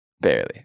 Barely